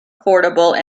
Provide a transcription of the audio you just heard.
affordable